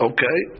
Okay